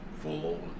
full